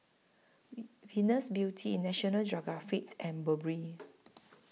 Venus Beauty National Geographic and Burberry